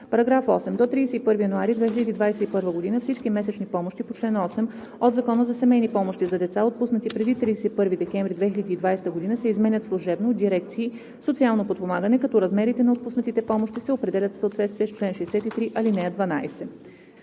§ 8: „§ 8. До 31 януари 2021 г. всички месечни помощи по чл. 8 от Закона за семейни помощи за деца, отпуснати преди 31 декември 2020 г., се изменят служебно от дирекции „Социално подпомагане“, като размерите на отпуснатите помощи се определят в съответствие с чл. 63, ал. 12.“